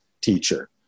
teacher